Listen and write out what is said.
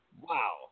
Wow